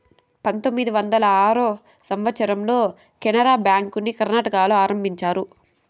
పంతొమ్మిది వందల ఆరో సంవచ్చరంలో కెనరా బ్యాంకుని కర్ణాటకలో ఆరంభించారు